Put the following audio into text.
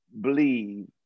believe